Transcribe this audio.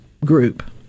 group